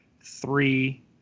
three